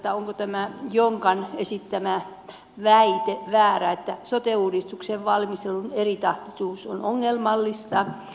onko tämä jonkan esittämä väite väärä että sote uudistuksen valmistelun eritahtisuus on ongelmallista